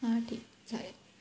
हां ठीक चालेल